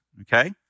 Okay